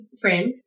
friends